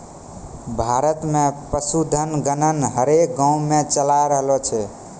भारत मे पशुधन गणना हरेक गाँवो मे चालाय रहलो छै